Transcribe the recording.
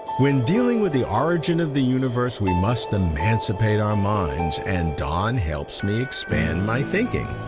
when dealing with the origin of the universe we must emancipate our minds and don helps me expand my thinking.